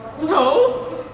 No